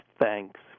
thanks